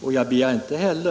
sannerligen inte tillfredsställande.